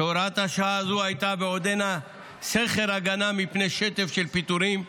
שהוראת השעה הזו הייתה ועודנה סכר הגנה מפני שטף של פיטורים.